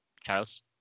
charles